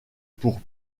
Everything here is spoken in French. pour